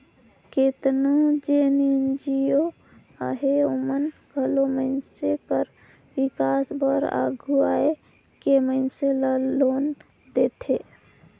केतनो जेन एन.जी.ओ अहें ओमन घलो मइनसे कर बिकास बर आघु आए के मइनसे ल लोन देथे